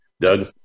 Doug